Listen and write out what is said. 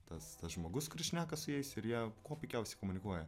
tas žmogus kuris šneka su jais ir jie kuo puikiausiai komunikuoja